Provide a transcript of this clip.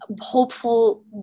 hopeful